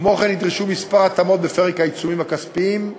כמו כן, נדרשו כמה התאמות בפרק העיצומים הכספיים,